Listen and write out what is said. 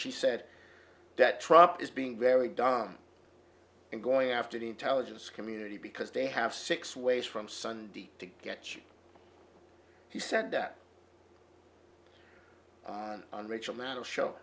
she said that trop is being very dumb and going after the intelligence community because they have six ways from sunday to get you he said that on rachel maddow show